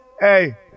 Hey